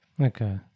okay